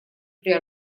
при